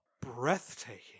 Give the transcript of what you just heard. breathtaking